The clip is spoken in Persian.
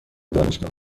دانشگاه